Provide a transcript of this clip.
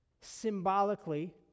symbolically